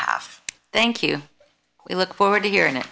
half thank you we look forward to hearing it